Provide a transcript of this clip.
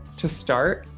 to start,